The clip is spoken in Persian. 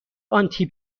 آنتی